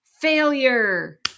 Failure